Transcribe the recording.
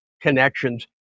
connections